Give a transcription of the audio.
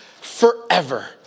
forever